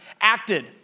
acted